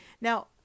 now